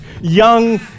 young